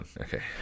Okay